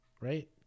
right